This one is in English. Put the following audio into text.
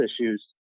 issues